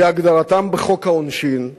כהגדרתם בחוק העונשין,